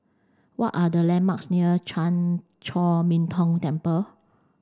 what are the landmarks near Chan Chor Min Tong Temple